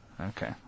Okay